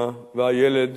והילד